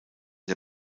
der